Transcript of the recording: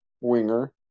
winger